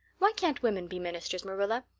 why can't women be ministers, marilla?